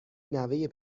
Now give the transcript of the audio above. نوه